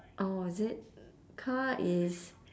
oh is it car is